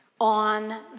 on